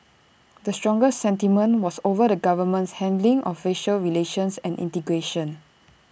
the strongest sentiment was over the government's handling of racial relations and integration